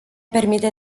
permite